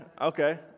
Okay